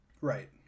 Right